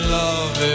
love